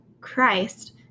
Christ